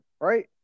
right